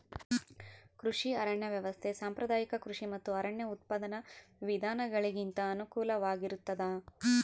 ಕೃಷಿ ಅರಣ್ಯ ವ್ಯವಸ್ಥೆ ಸಾಂಪ್ರದಾಯಿಕ ಕೃಷಿ ಮತ್ತು ಅರಣ್ಯ ಉತ್ಪಾದನಾ ವಿಧಾನಗುಳಿಗಿಂತ ಅನುಕೂಲಕರವಾಗಿರುತ್ತದ